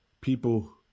People